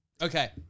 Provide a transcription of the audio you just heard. Okay